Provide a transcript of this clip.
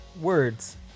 words